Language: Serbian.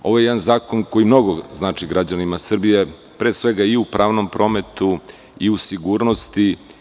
Ovo je jedan zakon koji mnogo znači građanima Srbije, pre svega i u pravnom prometu i u sigurnosti.